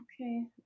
Okay